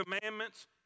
commandments